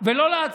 הידברות ועוד